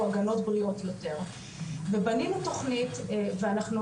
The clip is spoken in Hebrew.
או הגנות בריאות יותר ובנינו תוכנית ואנחנו